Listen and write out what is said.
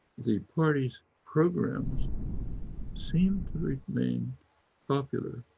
the party's programmes seem to remain popular.